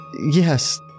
Yes